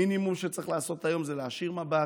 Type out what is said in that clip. המינימום שצריך לעשות היום זה להישיר מבט,